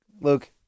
Luke